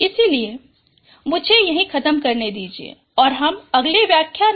इसलिए मुझे यहीं ख़त्म करने दीजिए और हम अगले व्याख्यान में इस विषय को जारी रखेंगे